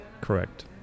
correct